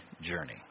journey